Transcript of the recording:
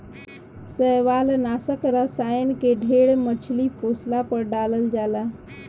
शैवालनाशक रसायन के ढेर मछली पोसला पर डालल जाला